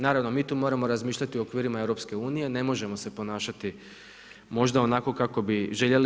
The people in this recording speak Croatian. Naravno mi tu moramo razmišljati u okvirima EU, ne možemo se ponašati možda onako kako bi željeli.